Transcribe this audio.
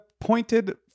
pointed